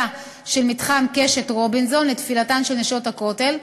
של מתחם קשת רובינסון לתפילתן של "נשות הכותל",